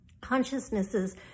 Consciousnesses